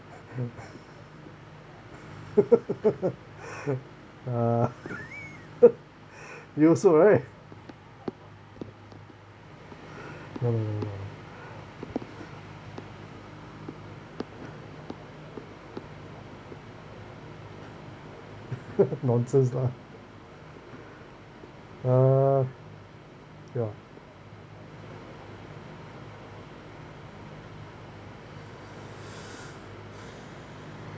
uh you also mah right well well well nonsense lah uh you ah